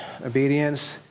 obedience